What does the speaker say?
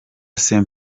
saint